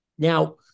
Now